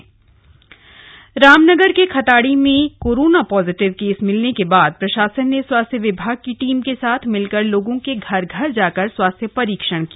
corona alert Ramnagar Ramnagar के खताड़ी में corona positive case मिलने के बाद प्रशासन ने स्वास्थ्य विभाग की टीम के साथ मिलकर लोगों के घर घर जाकर स्वास्थ्य परीक्षण किया